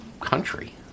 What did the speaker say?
country